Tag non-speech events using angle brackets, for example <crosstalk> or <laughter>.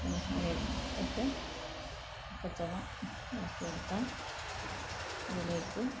<unintelligible> ഇട്ട് ചക്കച്ചുള ആക്കിയെടുത്താൽ അതിലേയ്ക്ക്